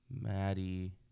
Maddie